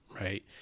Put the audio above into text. right